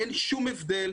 אין שום הבדל.